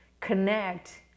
connect